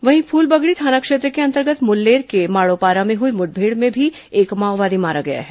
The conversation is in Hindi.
वहीं फूलबगड़ी थाना क्षेत्र के अंतर्गत मुल्लेर के माड़ोपारा में हुई मुठभेड़ में भी एक माओवादी मारा गया है